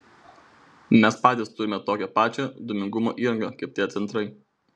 mes patys turime tokią pačią dūmingumo įrangą kaip tie centrai